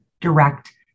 direct